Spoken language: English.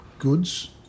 goods